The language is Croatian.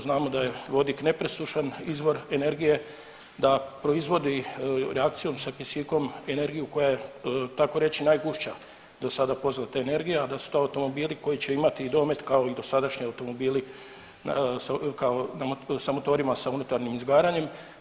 Znamo da je vodik nepresušan izvor energije, da proizvodi u reakciji sa kisikom energiju koja je tako reći najgušća do sada poznata energija, da su to automobili koji će imati domet kao i dosadašnji automobili kao sa motorima sa unutarnjim izgaranjem.